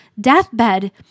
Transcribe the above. deathbed